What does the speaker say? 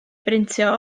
brintio